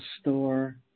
store